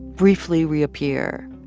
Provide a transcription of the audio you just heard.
briefly reappear.